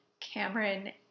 Cameron